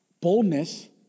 Boldness